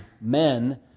men